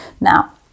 Now